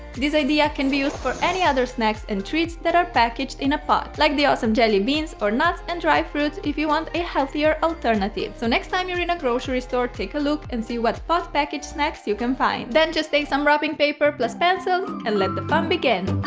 this idea can be used for any other snacks and treats that are packaged in a pot. like the awesome jelly beans or nuts and dried fruits if you want a healthier alternative! so next time you're in a grocery store, take a look and see what pot packaged snacks you can find. then just take some wrapping paper plus pencils and let the fun begin!